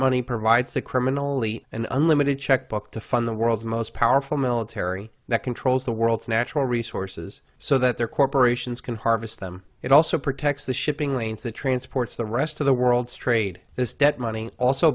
money provides a criminally and unlimited checkbook to fund the world's most powerful military that controls the world's natural resources so that their corporations can harvest them it also protects the shipping lanes that transports the rest of the world's trade this debt money also